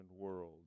world